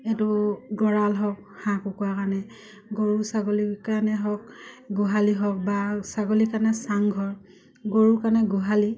এইটো গঁড়াল হওক হাঁহ কুকুৰা কাৰণে গৰু ছাগলী কাৰণে হওক গোহালি হওক বা ছাগলীৰ কাৰণে চাংঘৰ গৰুৰ কাৰণে গোহালি